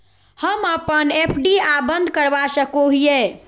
हम अप्पन F D बंद करवा सको हियै